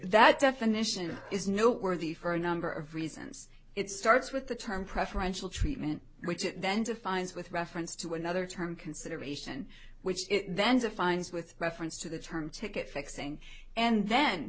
that definition is noteworthy for a number of reasons it starts with the term preferential treatment which it then defines with reference to another term consideration which then defines with reference to the term ticket fixing and then